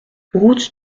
route